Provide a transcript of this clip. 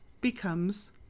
becomes